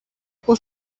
πώς